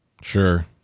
Sure